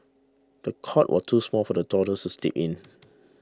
the cot was too small for the toddlers to sleep in